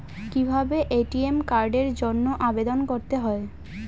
কিভাবে এ.টি.এম কার্ডের জন্য আবেদন করতে হয়?